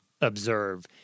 observe